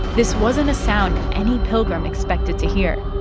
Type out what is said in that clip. this wasn't a sound any pilgrim expected to hear.